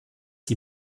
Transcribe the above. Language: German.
die